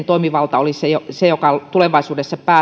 toimivalta olisi se jolla tulevaisuudessa